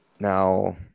Now